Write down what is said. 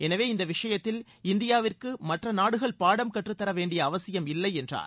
எனவே இந்த விஷயத்தில் இந்தியாவிற்கு மற்ற நாடுகள் பாடம் கற்றுத்தர வேண்டிய அவசியமில்லை என்றார்